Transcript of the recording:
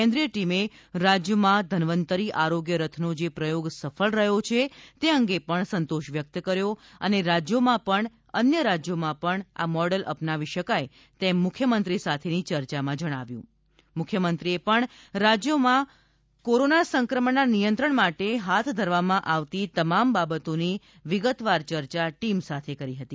કેન્દ્રિય ટીમે રાજ્યમાં ધન્વંતરી આરોગ્ય રથનો જે પ્રયોગ સફળ રહ્યો છે તે અંગે પણ સંતોષ વ્યકત કરી અને રાજ્યોમાં પણ આ મોડલ અપનાવી શકાય તેમ મુખ્યમંત્રી સાથેની ચર્ચામાં જણાવ્યું હતું મુખ્યમંત્રીએ પણ રાજ્યમાં કોરોના સંક્રમણના નિયંત્રણ માટે હાથ ધરવામાં આવતી તમામ બાબાતોની વિગતવાર ચર્ચા ટીમ સાથે કરી હતી